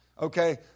Okay